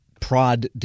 prod